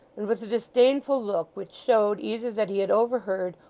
and with a disdainful look, which showed, either that he had overheard,